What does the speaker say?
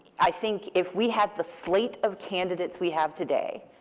i think if we had the slate of candidates we have today,